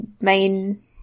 main